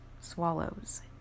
Swallows